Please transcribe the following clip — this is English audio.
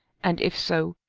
and if so,